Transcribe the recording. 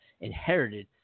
inherited